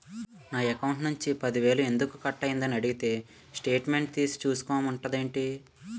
నా అకౌంట్ నుంచి పది వేలు ఎందుకు కట్ అయ్యింది అని అడిగితే స్టేట్మెంట్ తీసే చూసుకో మంతండేటి